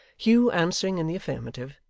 hugh answering in the affirmative,